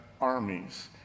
armies